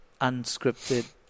unscripted